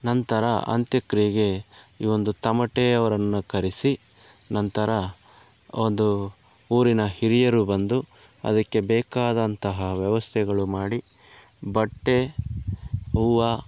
ನಂತರ ಅಂತ್ಯಕ್ರಿಯೆಗೆ ಈ ಒಂದು ತಮಟೆಯವರನ್ನು ಕರೆಸಿ ನಂತರ ಒಂದು ಊರಿನ ಹಿರಿಯರು ಬಂದು ಅದಕ್ಕೆ ಬೇಕಾದಂತಹ ವ್ಯವಸ್ಥೆಗಳು ಮಾಡಿ ಬಟ್ಟೆ ಹೂವು